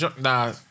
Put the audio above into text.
Nah